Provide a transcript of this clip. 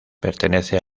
pertenece